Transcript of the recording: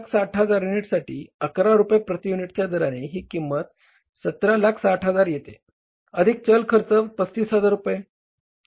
आणि 160000 युनिटसाठी 11 रुपये प्रती युनिटच्या दराने ही किंमत 1760000 येते अधिक चल खर्च 35000 रुपये आहे